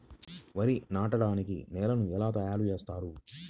వరి నాటడానికి నేలను ఎలా తయారు చేస్తారు?